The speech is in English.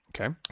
Okay